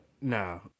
No